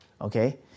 Okay